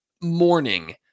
morning